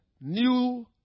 new